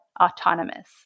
autonomous